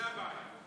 זאת הבעיה.